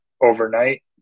Overnight